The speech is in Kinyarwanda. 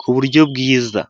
ku buryo bwiza.